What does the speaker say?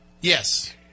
Yes